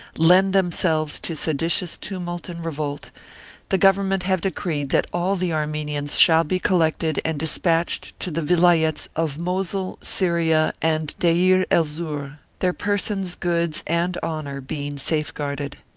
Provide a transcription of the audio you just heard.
lend themselves to seditious tumult and revolt the government have decreed that all the armenians shall be collected and despatched to the vilayets of mosul, syria, and deir-el-zur, their persons, goods and honour being safeguarded.